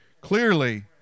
Clearly